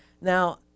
Now